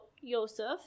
Yosef